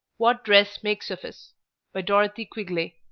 what dress makes of us by dorothy quigley